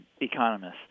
economists